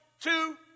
two